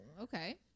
okay